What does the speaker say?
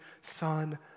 son